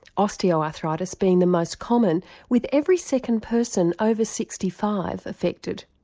osteoarthritis being the most common with every second person over sixty five affected.